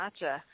Gotcha